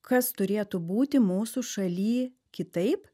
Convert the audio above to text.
kas turėtų būti mūsų šaly kitaip